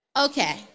Okay